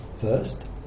first